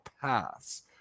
paths